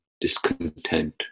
discontent